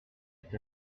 est